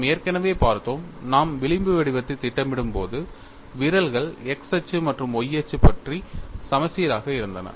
நாம் ஏற்கனவே பார்த்தோம் நாம் விளிம்பு வடிவத்தைத் திட்டமிடும்போது விரல்கள் x அச்சு மற்றும் y அச்சு பற்றி சமச்சீராக இருந்தன